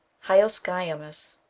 hyoscyamus,